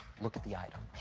look at the item.